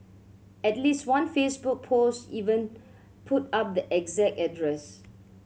at least one Facebook post even put up the exact address